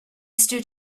stood